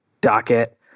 docket